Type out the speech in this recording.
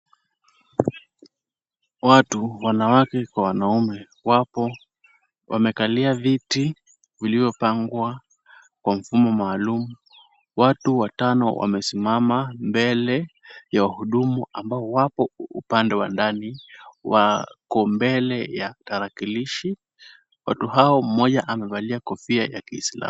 Watu, wanawake kwa wanaume, wapo wamekalia viti vilivyopangwa kwa mfumo maalum. Watu watano wamesimama mbele ya hudumu ambao wapo upande wa ndani wako mbele ya tarakilishi. Watu hao mmoja amevalia kofia ya kiislamu.